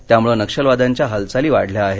त्यामुळे नक्षलवाद्यांच्या हालचाली वाढल्या आहेत